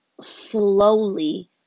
slowly